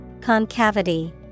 Concavity